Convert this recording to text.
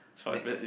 next